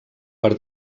per